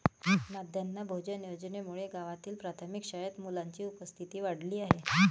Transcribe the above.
माध्यान्ह भोजन योजनेमुळे गावातील प्राथमिक शाळेत मुलांची उपस्थिती वाढली आहे